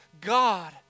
God